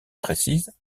précise